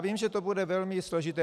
Vím, že to bude velmi složité.